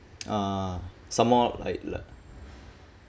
ah some more like like